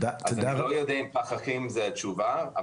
אני לא יודע אם פקחים זה התשובה,